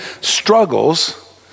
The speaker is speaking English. struggles